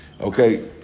Okay